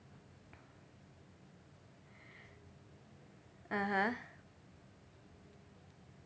(uh huh)